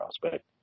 prospect